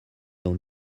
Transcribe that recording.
dans